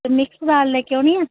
ਅਤੇ ਮਿਕਸ ਦਾਲ ਲੈ ਕੇ ਆਉਣੀ ਆ